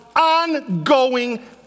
ongoing